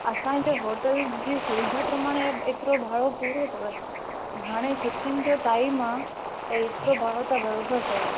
असांजी होटल जी सुविधा प्रमाणे एतिरो भाड़ो पूरो अथव हाणे छुटियुनि जो टाईम आहे त एतिरो भाड़ो त बराबरि अथव